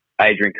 Adrian